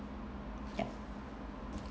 yup